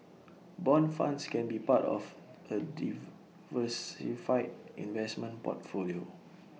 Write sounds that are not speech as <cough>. Bond funds can be part of A <unintelligible> investment portfolio